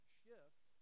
shift